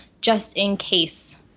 just-in-case